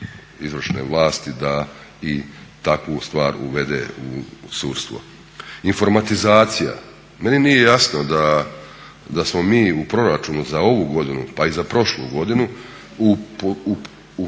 izvršne vlasti da i takvu stvar uvede u sudstvo. Informatizacija. Meni nije jasno da smo mi u proračunu za ovu godinu, pa i za prošlu godinu u